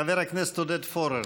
חבר הכנסת עודד פורר.